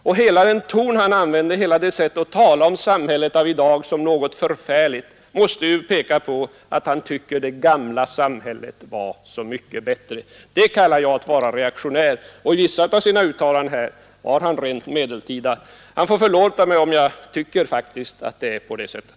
Hela den ton herr Burenstam Linder använder, hela hans sätt att tala om samhället av i dag som något förfärligt måste peka på att han tycker att det gamla samhället var så mycket bättre. Det kallar jag att vara reaktionär. I vissa av sina uttalanden här var han rent medeltida. Han får förlåta mig om jag faktiskt tycker att det är på det sättet.